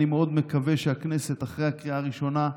ואני מאוד מקווה שהכנסת, אחרי הקריאה הראשונה,